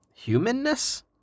humanness